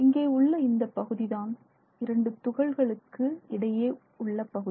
இங்கே உள்ள இந்தப் பகுதிதான் இரண்டு துகள்களுக்கு இடையே உள்ள பகுதி